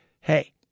Hey